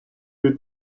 від